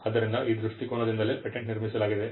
ಆದ್ದರಿಂದ ಆ ದೃಷ್ಟಿಕೋನದಿಂದಲೇ ಪೇಟೆಂಟ್ ನಿರ್ಮಿಸಲಾಗಿದೆ